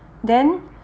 then